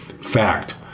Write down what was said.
Fact